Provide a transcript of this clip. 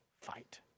fight